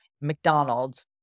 McDonald's